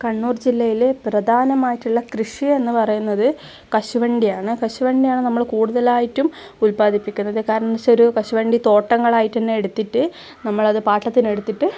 കണ്ണൂർ ജില്ലയിലെ പ്രധാനമായിട്ടുള്ള കൃഷി എന്ന് പറയുന്നത് കശുവണ്ടിയാണ് കശുവണ്ടിയാണ് നമ്മൾ കൂടുതലായിട്ടും ഉത്പാദിപ്പിക്കുന്നത് കാരണമെന്ന് വെച്ചാൽ ഒരു കശുവണ്ടി തോട്ടങ്ങളായിട്ട് തന്നെ എടുത്തിട്ട് നമ്മളത് പാട്ടത്തിനെടുത്തിട്ട്